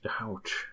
Ouch